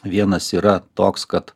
vienas yra toks kad